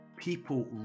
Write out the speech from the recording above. people